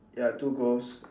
ya two ghost